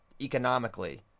economically